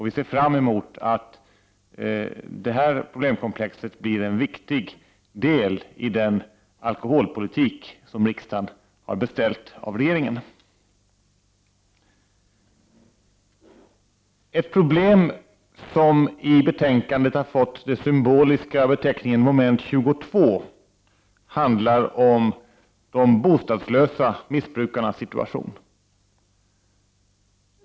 Vi ser fram emot att detta problemkomplex blir en viktig del i den alkoholpolitik som riksdagen har beställt av regeringen. Ett problem som i betänkandet har fått den symboliska beteckningen mom. 22 handlar om de bostadslösa missbrukarnas situation.